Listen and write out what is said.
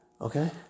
Okay